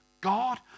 God